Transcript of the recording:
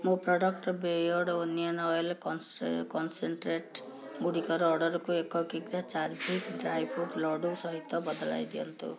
ମୋ ପ୍ରଡ଼କ୍ଟ ବେୟର୍ଡ଼ୋ onion oil concentrate ଗୁଡ଼ିକର ଅର୍ଡ଼ର୍କୁ ଏକ କିଗ୍ରା ଚାର୍ଭିକ ଡ୍ରାଇଫ୍ରୁଟ୍ ଲଡ଼ୁ ସହିତ ବଦଳାଇ ଦିଅନ୍ତୁ